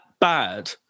bad